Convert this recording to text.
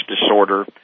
disorder